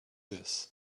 this